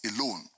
alone